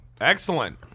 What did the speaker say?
Excellent